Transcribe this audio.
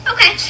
Okay